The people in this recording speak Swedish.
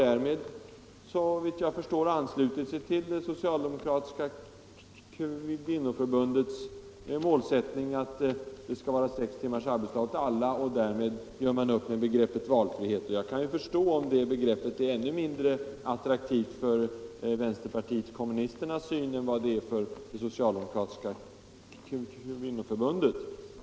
Därmed har man såvitt jag förstår anslutit sig till Social= == demokratiska kvinnoförbundets målsättning om sex timmars arbetsdag :Semesteroch vissa för alla, som gör upp med begreppet valfrihet. Jag kan förstå om det = andra arbetstidsfråbegreppet är ännu mindre attraktivt för vänsterpartiet kommunisterna — gor än det är för Socialdemokratiska kvinnoförbundet.